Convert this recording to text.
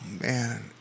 man